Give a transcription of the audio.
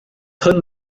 hwn